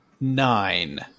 nine